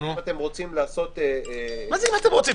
אם אתם רוצים לעשות --- מה זה "אם אתם רוצים"?